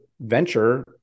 venture